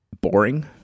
boring